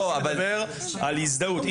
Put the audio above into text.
אני מדבר על הזדהות.